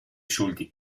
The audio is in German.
schuldig